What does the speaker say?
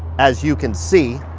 as you can see,